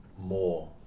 more